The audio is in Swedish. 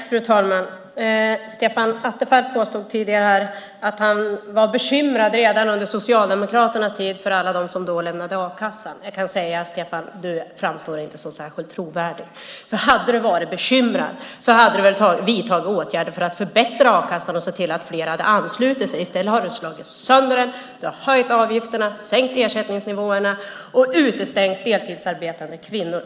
Fru talman! Stefan Attefall påstod tidigare att han redan under Socialdemokraternas tid var bekymrad över alla som lämnade a-kassan. Jag kan säga att du inte framstår som särskilt trovärdig, Stefan. Hade du varit bekymrad skulle du väl ha vidtagit åtgärder för att förbättra a-kassan och se till att fler anslutit sig. I stället har du slagit sönder den, höjt avgifterna, sänkt ersättningsnivåerna och utestängt deltidsarbetande kvinnor.